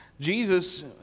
Jesus